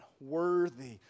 worthy